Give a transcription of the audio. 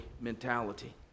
mentality